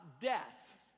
death